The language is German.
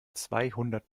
zweihundert